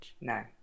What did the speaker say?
No